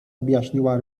objaśniła